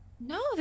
No